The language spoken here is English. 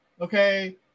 Okay